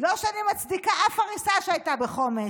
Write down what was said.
לא שאני מצדיקה אף הריסה שהייתה בחומש,